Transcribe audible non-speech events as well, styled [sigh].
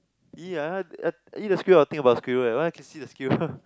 !ee! I I eat the squirrel I will think about squirrel eh why I can see the squirrel [breath]